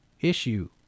issue